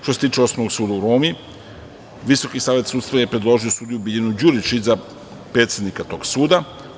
Što se tiče Osnovnog suda u Rumi, Visoki savet sudstva je predložio sudiju Biljanu Đurišić za predsednika tog suda.